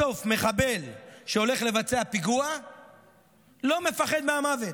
בסוף מחבל שהולך לבצע פיגוע לא מפחד מהמוות.